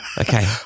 Okay